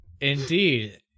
Indeed